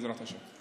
בעזרת השם.